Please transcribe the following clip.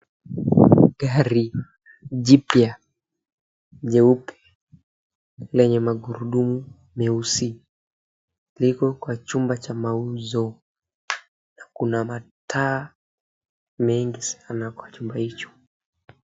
Gari jipya jeupe lenye magurudumu meusi liko kwa chumba cha mauzo na kuna mataa mengi sana kwa chumba hicho.